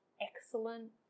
excellent